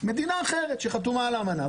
מדינה אחרת שחתומה על האמנה,